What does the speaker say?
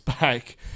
back